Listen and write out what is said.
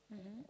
mmhmm